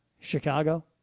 Chicago